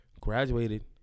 graduated